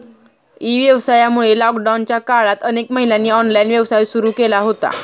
E व्यवसायामुळे लॉकडाऊनच्या काळात अनेक महिलांनी ऑनलाइन व्यवसाय सुरू केला होता